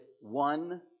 one